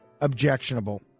objectionable